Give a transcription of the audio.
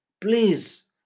please